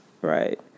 Right